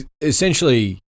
essentially